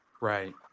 Right